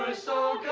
so,